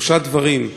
שלושה דברים: